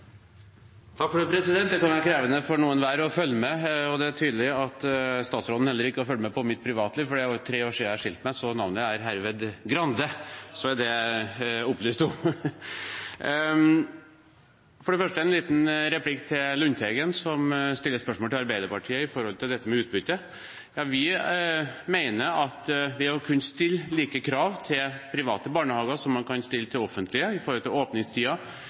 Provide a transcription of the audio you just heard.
med på mitt privatliv, for det er over tre år siden jeg skilte meg, så navnet er herved Grande – så er det opplyst om. For det første en liten replikk til Lundteigen som stiller spørsmål til Arbeiderpartiet om dette med utbytte. Ved å kunne stille like krav til private barnehager som man kan stille til offentlige angående åpningstider, inntak, pedagogtetthet og bemanning, mener vi at vi i større grad enn i dag kan sikre at offentlige midler kommer formålet og barnehagebarna til